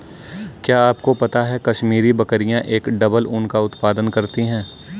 क्या आपको पता है कश्मीरी बकरियां एक डबल ऊन का उत्पादन करती हैं?